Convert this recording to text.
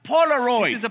Polaroid